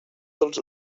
dels